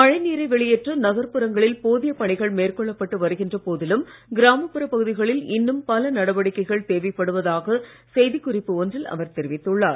மழை நீரை வெளியேற்ற நகர்ப்புறங்களில் போதிய பணிகள் மேற்கொள்ளப்பட்டு வருகின்ற போதிலும் கிராமப்புறப் பகுதிகளில் இன்னும் பல நடவடிக்கைகள் தேவைப்படுவதாக செய்தி குறிப்பு ஒன்றில் அவர் தெரிவித்துள்ளார்